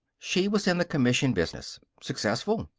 she was in the commission business. successful.